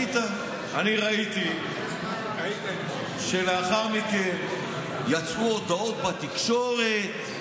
אני ראיתי שלאחר מכן יצאו הודעות בתקשורת: